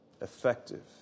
effective